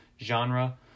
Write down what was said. genre